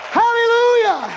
hallelujah